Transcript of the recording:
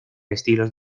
estilos